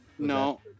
No